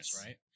right